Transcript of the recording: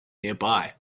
nearby